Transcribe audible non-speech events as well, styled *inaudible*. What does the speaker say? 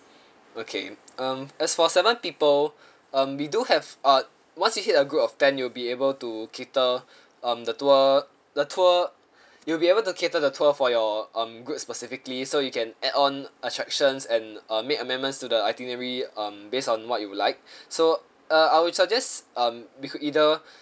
okay um as for seven people um we do have uh once you hit a group of ten you will be able to cater um the tour the tour *breath* you will be able to cater the tour for your um group specifically so you can add on attractions and uh made amendments to the itinerary um based on what you would like *breath* so uh I will suggests um we could either *breath*